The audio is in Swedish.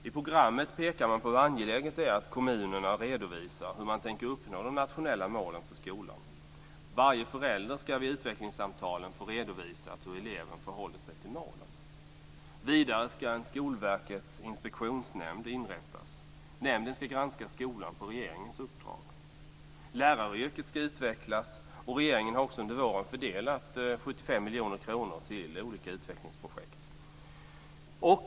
I programmet pekas på hur angeläget det är att kommunerna redovisar hur de tänker uppnå de nationella målen för skolan. Varje förälder skall vid utvecklingssamtalen få redovisat hur eleven förhåller sig till målen. Vidare skall en Skolverkets inspektionsnämnd inrättas. Nämnden skall granska skolan på regeringens uppdrag. Läraryrket skall utvecklas, och regeringen har också under våren fördelat 75 miljoner kronor till olika utvecklingsprojekt.